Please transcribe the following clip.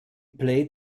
play